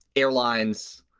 airlines,